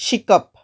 शिकप